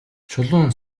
чулуун